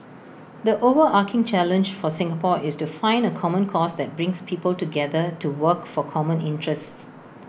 the overarching challenge for Singapore is to find A common cause that brings people together to work for common interests